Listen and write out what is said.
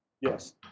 Yes